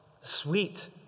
sweet